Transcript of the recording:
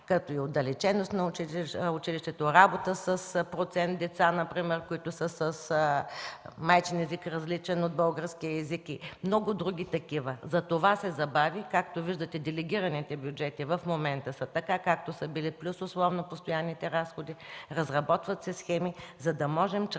като отдалеченост на училището, работа с процент деца например, които са с майчин език, различен от българския, и много други. Затова се забави. Както виждате, делегираните бюджети в момента са така, както са били, плюс условно постоянните разходи. Разработват се схеми, за да можем чрез